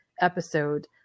episode